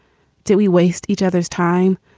do we waste each other's time?